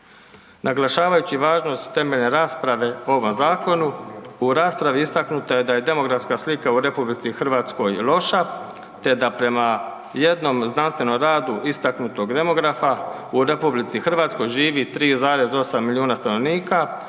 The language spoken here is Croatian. Naglašavajući važnost temeljem rasprave o ovom zakonu u raspravi istaknuto je da je demografska slika u RH loša te da prema jednom znanstvenom radu istaknutog demografa u RH živi 3,8 milijuna stanovnika,